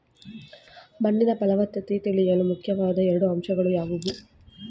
ಮಣ್ಣಿನ ಫಲವತ್ತತೆ ತಿಳಿಯಲು ಮುಖ್ಯವಾದ ಎರಡು ಅಂಶಗಳು ಯಾವುವು?